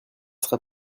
sera